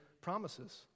promises